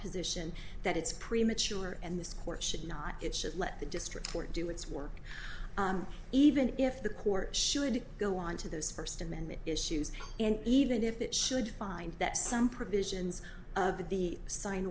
position that it's premature and this court should not it should let the district court do its work even if the court should go onto those first amendment issues and even if it should find that some provisions of the sign